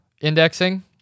indexing